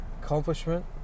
accomplishment